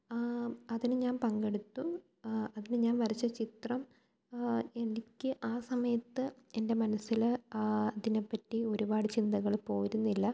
അതിന് ഞാന് പങ്കെടുത്തു അതിന് ഞാന് വരച്ച ചിത്രം എനിക്ക് ആ സമയത്ത് എന്റെ മനസ്സില് അതിനെപ്പറ്റി ഒരുപാട് ചിന്തകര് പോരുന്നില്ല